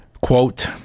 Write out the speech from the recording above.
Quote